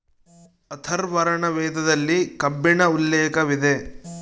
ಅಥರ್ವರ್ಣ ವೇದದಲ್ಲಿ ಕಬ್ಬಿಣ ಉಲ್ಲೇಖವಿದೆ